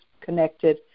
connected